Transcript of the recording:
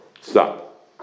Stop